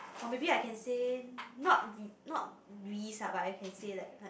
oh maybe I can say not not risk lah but I can say like like